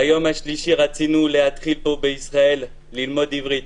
ביום השלישי רצינו להתחיל פה בישראל ללמוד עברית,